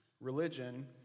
Religion